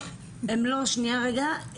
שנייה רגע,